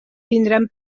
tindran